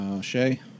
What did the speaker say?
Shay